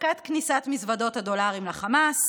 הפסקת כניסת מזוודות הדולרים לחמאס,